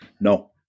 No